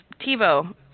TiVo